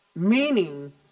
Meaning